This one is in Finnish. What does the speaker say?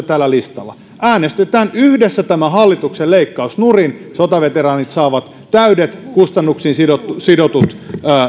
täällä listalla äänestetään yhdessä tämä hallituksen leikkaus nurin sotaveteraanit saavat täydet kustannuksiin sidotut sidotut